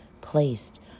placed